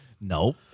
Nope